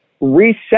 reset